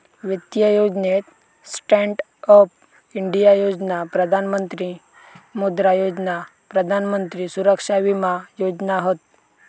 वित्तीय योजनेत stand up India योजना, प्रधान मंत्री मुद्रा योजना, प्रधान मंत्री सुरक्षा विमा योजना हत